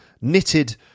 knitted